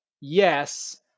yes